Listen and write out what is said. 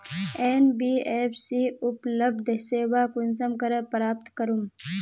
NBFC उपलब्ध सेवा कुंसम करे प्राप्त करूम?